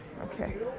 Okay